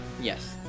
Yes